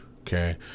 Okay